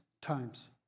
times